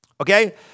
Okay